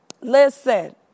Listen